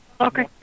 Okay